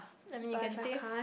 I mean you can save